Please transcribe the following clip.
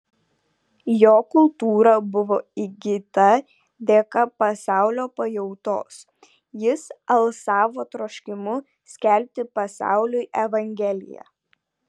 jo kultūra buvo įgyta dėka pasaulio pajautos jis alsavo troškimu skelbti pasauliui evangeliją